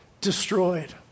destroyed